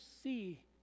see